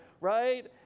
Right